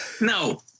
No